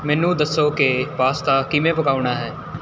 ਮੈਨੂੰ ਦੱਸੋ ਕਿ ਪਾਸਤਾ ਕਿਵੇਂ ਪਕਾਉਣਾ ਹੈ